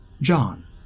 John